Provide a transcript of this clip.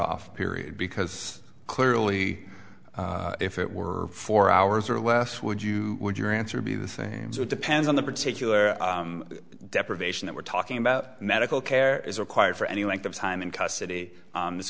off period because clearly if it were four hours or less would you would your answer be the same so it depends on the particular deprivation that we're talking about medical care is required for any length of time in custody